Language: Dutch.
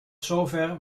zover